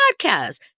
podcast